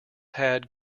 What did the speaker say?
had